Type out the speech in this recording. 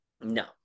no